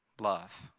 love